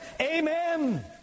amen